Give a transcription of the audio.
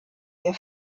der